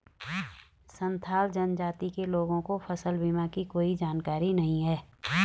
संथाल जनजाति के लोगों को फसल बीमा की कोई जानकारी नहीं है